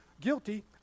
guilty